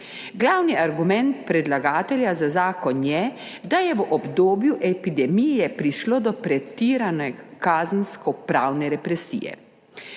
Glavni argument predlagatelja za zakon je, da je v obdobju epidemije prišlo do pretirane kazenskopravne represije.